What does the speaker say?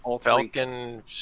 Falcon